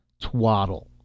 Twaddle